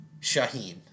Shaheen